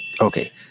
Okay